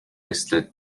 listed